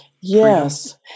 Yes